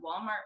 walmart